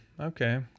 Okay